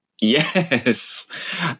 Yes